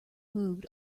moved